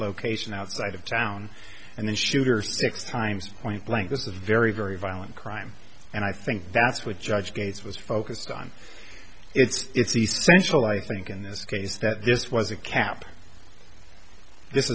location outside of town and then shooter six times point blank this is a very very violent crime and i think that's what judge gates was focused on it's essential i think in this case that this was a cap this